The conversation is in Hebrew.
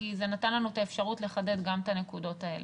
כי זה נתן לנו את האפשרות לחדד גם את הנקודות האלה.